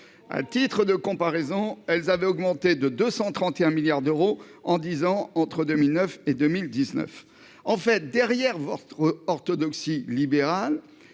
à titre de comparaison, elles avaient augmenté de 231 milliards d'euros en 10 ans entre 2009 et 2019 en fait derrière votre orthodoxie libérale,